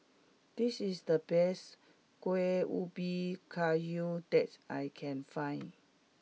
this is the best Kuih Ubi Kayu that I can find